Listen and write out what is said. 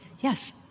Yes